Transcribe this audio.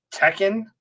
Tekken